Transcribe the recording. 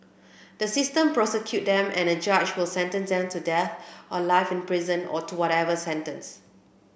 the system prosecute them and a judge will sentence them to death or life in prison or to whatever sentence